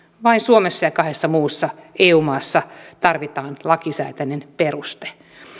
vain suomessa ja kahdessa muussa eu maassa tarvitaan lakisääteinen peruste